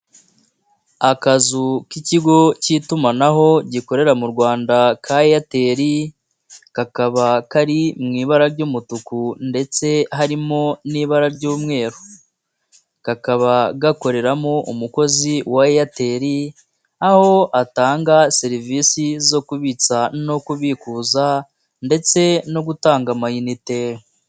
Akazu k'ikigo cy'itumanaho gikorera mu Rwanda ka Airtel, kakaba kari mu ibara ry'umutuku ndetse harimo n'ibara ry'umweru, kakaba gakoreramo umukozi wa Airtel, aho atanga serivisi zo kubitsa no kubikuza, ndetse no gutanga amayinite.